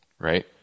right